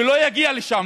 שלא יגיע לשם.